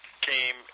came